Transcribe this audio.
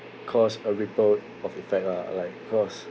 cause a ripple of effect lah like cause